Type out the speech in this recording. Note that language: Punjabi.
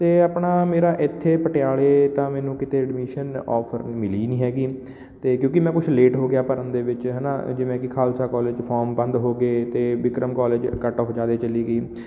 ਅਤੇ ਆਪਣਾ ਮੇਰਾ ਇੱਥੇ ਪਟਿਆਲੇ ਤਾਂ ਮੈਨੂੰ ਕਿਤੇ ਐਡਮਿਸ਼ਨ ਔਫਰ ਮਿਲੀ ਨਹੀਂ ਹੈਗੀ ਅਤੇ ਕਿਉਂਕਿ ਮੈਂ ਕੁਛ ਲੇਟ ਹੋ ਗਿਆ ਭਰਨ ਦੇ ਵਿੱਚ ਹੈ ਨਾ ਜਿਵੇਂ ਕਿ ਖਾਲਸਾ ਕੋਲੇਜ ਫੋਰਮ ਬੰਦ ਹੋ ਗਏ ਅਤੇ ਬਿਕਰਮ ਕਾਲਜ ਕੱਟਔਫ ਜ਼ਿਆਦੇ ਚਲੀ ਗਈ